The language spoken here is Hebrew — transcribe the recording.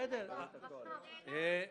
חשוב שהשר יהיה.